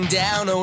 down